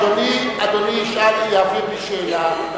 מדובר, אדוני יעביר לי שאלה.